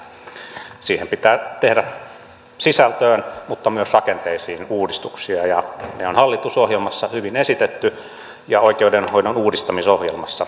uudistuksia pitää tehdä sisältöön mutta myös rakenteisiin ja ne on hallitusohjelmassa ja oikeudenhoidon uudistamisohjelmassa hyvin esitetty